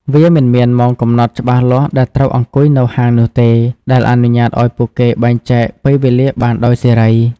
វាមិនមានម៉ោងកំណត់ច្បាស់លាស់ដែលត្រូវអង្គុយនៅហាងនោះទេ ដែលអនុញ្ញាតឱ្យពួកគេបែងចែកពេលវេលាបានដោយសេរី។